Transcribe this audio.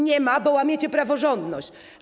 Nie ma, bo łamiecie praworządność.